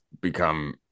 become